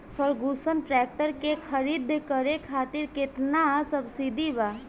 Ferguson tractor के खरीद करे खातिर केतना सब्सिडी बा?